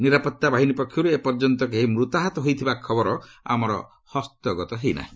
ନିରାପତ୍ତା ବାହିନୀ ପକ୍ଷରୁ ଏପର୍ଯ୍ୟନ୍ତ କେହି ମୃତାହତ ହୋଇଥିବା ଖବର ଆମର ହସ୍ତଗତ ହୋଇ ନାହିଁ